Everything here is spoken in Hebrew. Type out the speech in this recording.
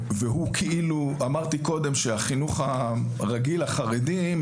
אמרתי קודם שהחינוך החרדי הרגיל,